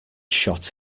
shot